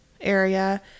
area